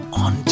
on